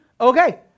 okay